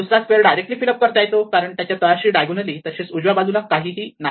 दुसरा square directly fill up करता येतो कारण त्याच्या तळाशी डायगोनली तसेच उजव्या बाजूला काहीही नाही